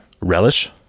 Relish